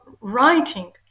writing